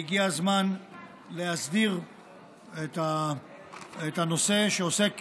והגיע הזמן להסדיר את הנושא שעוסק